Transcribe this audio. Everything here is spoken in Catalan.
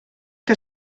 que